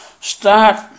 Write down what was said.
Start